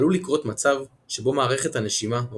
עלול לקרות מצב שבו מערכת הנשימה או